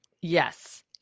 Yes